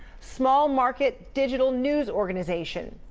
small market digital news organization,